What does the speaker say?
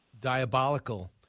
diabolical